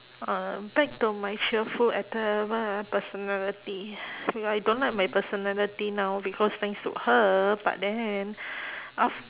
uh back to my cheerful atti~ what ah personality I don't like my personality now because thanks to her but then af~